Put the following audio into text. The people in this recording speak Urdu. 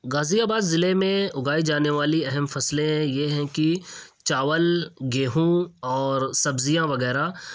غازی آباد ضلعے میں اگائی جانے والی اہم فصلیں یہ ہیں کہ چاول گیہوں اور سبزیاں وغیرہ